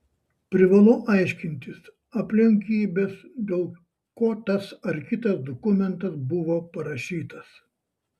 privalu aiškintis aplinkybes dėl ko tas ar kitas dokumentas buvo parašytas